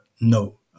no